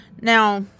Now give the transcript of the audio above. Now